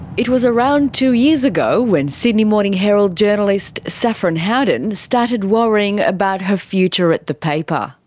it was around two years ago when sydney morning herald journalist saffron howden started worrying about her future at the paper.